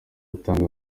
atanga